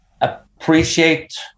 appreciate